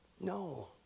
No